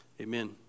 amen